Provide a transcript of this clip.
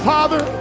Father